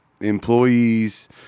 employees